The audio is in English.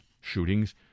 shootings